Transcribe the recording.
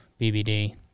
BBD